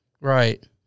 right